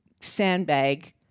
sandbag